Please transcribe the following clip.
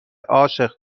عاشق